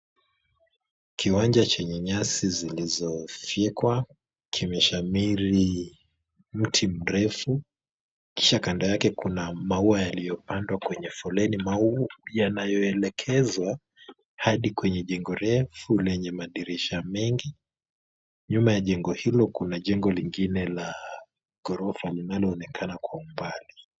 Kiwanja chenye nyasi zilizofyekwa, kimeshamiri mti mrefu kisha kando yake kuna maua yaliyopandwa kwenye foleni, maua yanayoelekezwa hadi kwenye jengo refu lenye madirisha mengi, nyuma ya jengo hilo kuna jengo lingine la ghorofa linaloonekana kwa umbali.